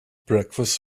breakfast